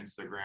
instagram